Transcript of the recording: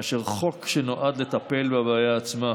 מאשר חוק שנועד לטפל בבעיה עצמה.